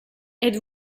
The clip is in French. êtes